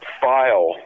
file